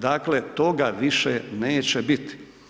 Dakle, toga više neće biti.